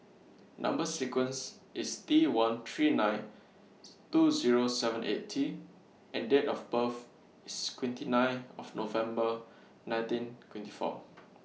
Number sequence IS T one three ninth two Zero seven eight T and Date of birth IS twenty nine of November nineteen twenty four